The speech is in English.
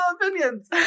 opinions